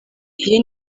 iyi